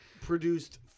produced